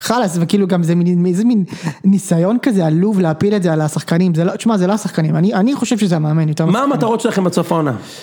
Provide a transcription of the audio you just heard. חלאס וכאילו גם זה מין ניסיון כזה עלוב להפיל את זה על השחקנים, שמע זה לא השחקנים, אני חושב שזה המאמן יותר. מה המטרות שלכם עד סוף העונה ?.